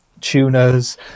tuners